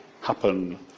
happen